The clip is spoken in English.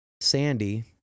Sandy